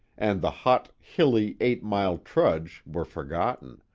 and the hot, hilly, eight-mile trudge were forgotten,